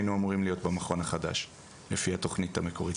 היינו אמורים להיות במכון החדש לפי התוכנית המקורית.